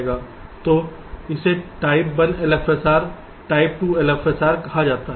तो इसे type 1 LFSR type 2 LFSR कहा जाता है